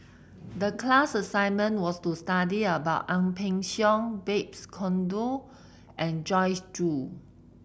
the class assignment was to study about Ang Peng Siong Babes Conde and Joyce Jue